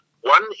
One